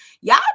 Y'all